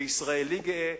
וישראלי גאה,